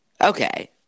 Okay